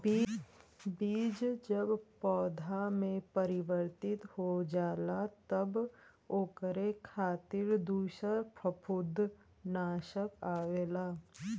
बीज जब पौधा में परिवर्तित हो जाला तब ओकरे खातिर दूसर फंफूदनाशक आवेला